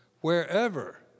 wherever